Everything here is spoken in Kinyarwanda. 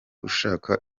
ushaka